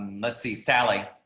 let's see, sally.